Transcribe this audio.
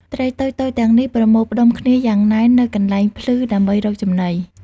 ត្រីតូចៗទាំងនេះប្រមូលផ្តុំគ្នាយ៉ាងណែននៅកន្លែងភ្លឺដើម្បីរកចំណី។